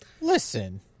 Listen